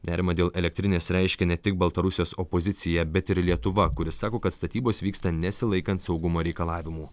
nerimą dėl elektrinės reiškia ne tik baltarusijos opozicija bet ir lietuva kuri sako kad statybos vyksta nesilaikant saugumo reikalavimų